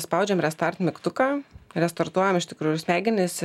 spaudžiame restart mygtuką restartuojam iš tikrųjų smegenis